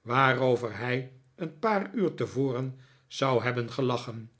waarover hij een paar uur tevoren zou hebben gelachen